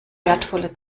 wertvolle